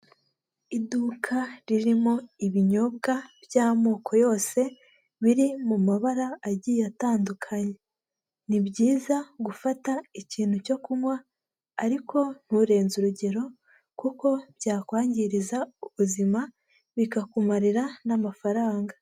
Iduka ririmo ibinyobwa by'amoko yose biri mu mabara agiye atandukanye, ni byiza gufata ikintu cyo kunywa ariko nturenze urugero kuko byakwangiriza ubuzima bikakumarira n'amafaranga.